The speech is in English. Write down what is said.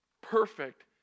perfect